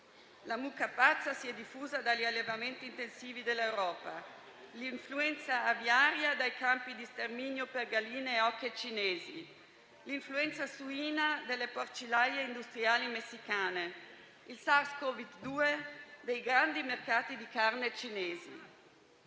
La mucca pazza si è diffusa dagli allevamenti intensivi dell'Europa; l'influenza aviaria dai campi di sterminio per galline e oche cinesi; l'influenza suina dalle porcilaie industriali messicane; il Sars-CoV-2 dai grandi mercati di carne cinesi.